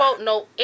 No